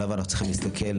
עליו אנחנו צריכים להסתכל.